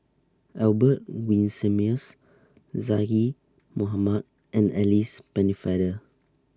Albert Winsemius Zaqy Mohamad and Alice Pennefather